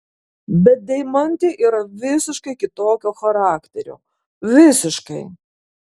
bet deimantė yra visiškai kitokio charakterio visiškai